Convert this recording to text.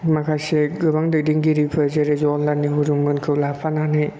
माखासे गोबां दैदेनगिरिफोर जेरै जहरलाल नेहुरुमोनखौ लाफानानै